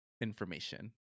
information